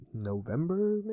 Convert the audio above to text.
November